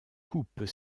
coupent